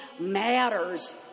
matters